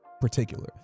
particular